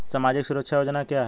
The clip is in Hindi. सामाजिक सुरक्षा योजना क्या है?